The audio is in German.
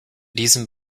diesen